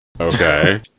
Okay